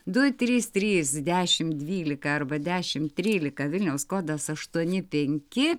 du trys trys dešim dvylika arba dešim trylika vilniaus kodas aštuoni penki